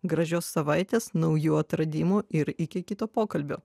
gražios savaitės naujų atradimų ir iki kito pokalbio